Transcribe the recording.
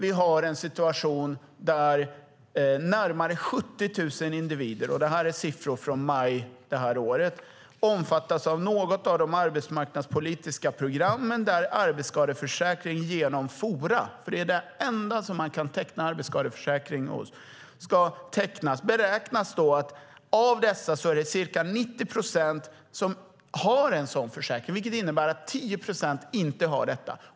I maj i år omfattades närmare 70 000 individer av något av de arbetsmarknadspolitiska programmen, där arbetsskadeförsäkring ska tecknas genom Fora, som är de enda man kan teckna arbetsskadeförsäkring hos. Det beräknas att ca 90 procent av dessa har en sådan försäkring, vilket innebär att 10 procent inte har det.